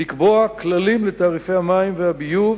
לקבוע כללים לתאגידי המים והביוב